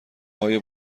های